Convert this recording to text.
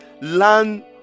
learn